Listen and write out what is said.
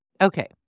Okay